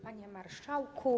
Panie Marszałku!